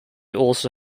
also